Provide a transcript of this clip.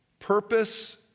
Purpose